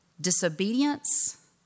disobedience